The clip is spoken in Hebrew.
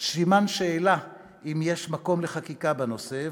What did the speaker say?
יש סימן שאלה אם יש מקום לחקיקה בנושא.